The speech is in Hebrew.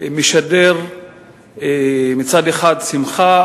משדר מצד אחד שמחה,